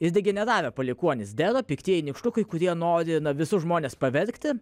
ir degeneravę palikuonys dero piktieji nykštukai kurie nori visus žmones pavergti